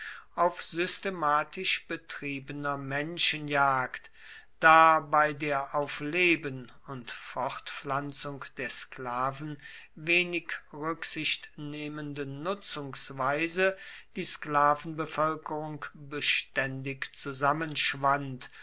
auf systematisch betriebener menschenjagd da bei der auf leben und fortpflanzung der sklaven wenig rücksicht nehmenden nutzungsweise die sklavenbevölkerung beständig